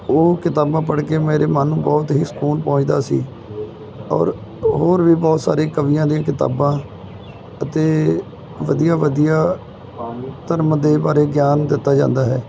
ਉਹ ਕਿਤਾਬਾਂ ਪੜ੍ਹ ਕੇ ਮੇਰੇ ਮਨ ਨੂੰ ਬਹੁਤ ਹੀ ਸਕੂਨ ਪਹੁੰਚਦਾ ਸੀ ਔਰ ਹੋਰ ਵੀ ਬਹੁਤ ਸਾਰੇ ਕਵੀਆਂ ਦੀਆਂ ਕਿਤਾਬਾਂ ਅਤੇ ਵਧੀਆ ਵਧੀਆ ਧਰਮ ਦੇ ਬਾਰੇ ਗਿਆਨ ਦਿੱਤਾ ਜਾਂਦਾ ਹੈ